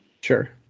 Sure